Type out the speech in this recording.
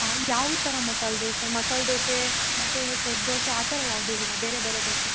ಹಾಂ ಯಾವ ಥರ ಮಸಾಲೆ ದೋಸೆ ಮಸಾಲೆ ದೋಸೆ ಮತ್ತು ಸೆಟ್ ದೋಸೆ ಆ ಥರ ಯಾವುದೂ ಇಲ್ಲವಾ ಬೇರೆ ಬೇರೆ ದೋಸೆ